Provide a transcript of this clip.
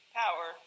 power